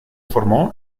formó